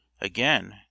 again